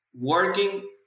working